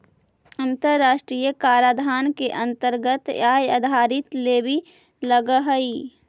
अन्तराष्ट्रिय कराधान के अन्तरगत आय आधारित लेवी लगअ हई